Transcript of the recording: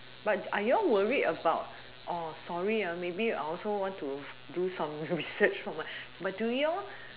but are you all worried about or sorry ah maybe I also want to do some research for my but do you all